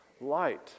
light